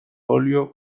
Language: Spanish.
óleo